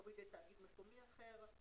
או בידי תאגיד מקומי אחר.